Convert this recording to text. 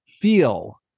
feel